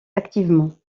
activement